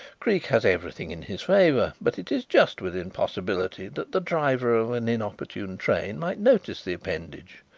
creake has everything in his favour, but it is just within possibility that the driver of an inopportune train might notice the appendage.